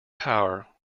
power